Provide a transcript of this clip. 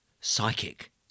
psychic